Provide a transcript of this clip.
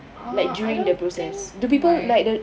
uh I don't think my